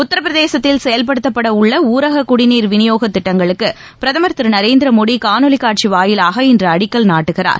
உத்தரப்பிரதேசத்தில் செயல்படுத்தப்படவுள்ள ஊரக குடிநீர் விநியோக திட்டங்களுக்கு பிரதமர் திரு நரேந்திர மோடி காணொலி காட்சி வாயிலாக இன்று அடிக்கல் நாட்டுகிறார்